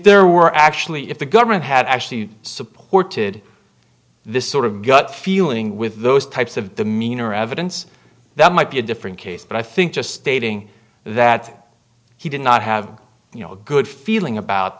there were actually if the government had actually supported this sort of gut feeling with those types of the meaner evidence that might be a different case but i think just stating that he did not have you know a good feeling about